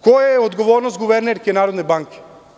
Koja je odgovornost guvernerke Narodne banke?